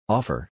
Offer